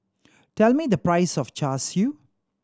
tell me the price of Char Siu